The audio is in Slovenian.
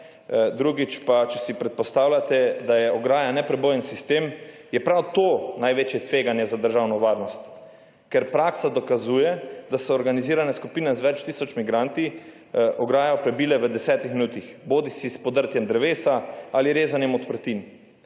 Drugič pa, če si predpostavljate, da je ograja neprebojni sistem, je prav to največje tveganje za državno varnost, ker praksa dokazuje, da so organizirane skupine z več tisoč migranti ograjo prebile v desetih minutah, bodisi s podrtjem drevesa ali rezanjem odprtin.